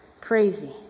Crazy